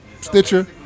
Stitcher